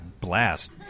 blast